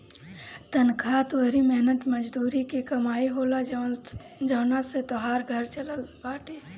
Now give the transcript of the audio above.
तनखा तोहरी मेहनत मजूरी के कमाई होला जवना से तोहार घर चलत बाटे